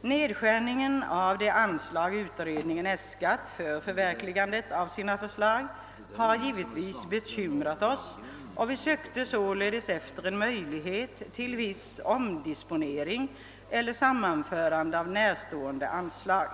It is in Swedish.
Nedskärningen av det anslag utredningen äskat för förverkligandet av sina förslag har givetvis bekymrat oss, och vi sökte således efter en möjlighet till viss omdisponering eller sammanförande av närstående anslag.